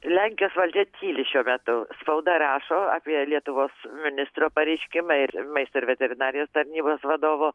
lenkijos valdžia tyli šiuo metu spauda rašo apie lietuvos ministro pareiškimą ir maisto ir veterinarijos tarnybos vadovo